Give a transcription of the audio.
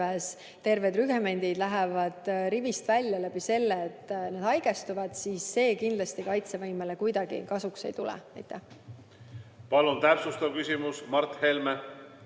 terved rügemendid lähevad rivist välja, sest nad haigestuvad, siis see kindlasti kaitsevõimele kuidagi kasuks ei tule. Palun, täpsustav küsimus, Mart Helme!